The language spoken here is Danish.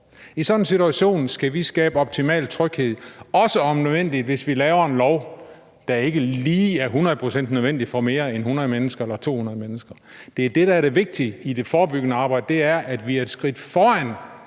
I sådan en situation skal vi skabe optimal tryghed, også selv om den lov, vi laver, ikke lige er hundrede procent nødvendig for mere end 100 eller 200 mennesker. Det er det, der er det vigtige i det forebyggende arbejde, nemlig at vi er et skridt foran